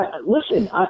listen